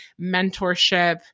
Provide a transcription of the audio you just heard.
mentorship